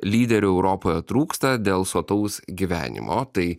lyderių europoje trūksta dėl sotaus gyvenimo tai